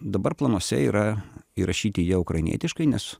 dabar planuose yra įrašyti ją ukrainietiškai nes